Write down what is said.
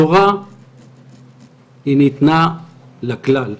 התורה ניתנה לכלל,